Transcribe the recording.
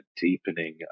deepening